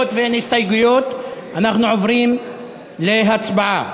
היות שאין הסתייגויות אנחנו עוברים להצבעה